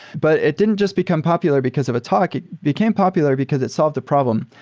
but it didn't just become popular because of a talk. it became popular because it solved the problem.